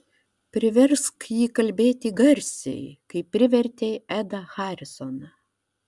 priversk jį kalbėti garsiai kaip privertei edą harisoną